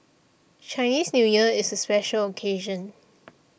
Chinese New Year is a special occasion